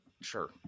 sure